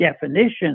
definition